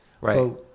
Right